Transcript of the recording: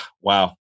wow